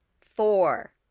four